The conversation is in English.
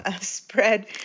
spread